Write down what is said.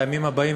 לימים הבאים,